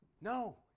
No